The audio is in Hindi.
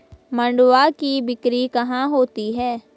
मंडुआ की बिक्री कहाँ होती है?